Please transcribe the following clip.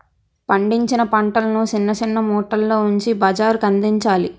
పండించిన పంటలను సిన్న సిన్న మూటల్లో ఉంచి బజారుకందించాలి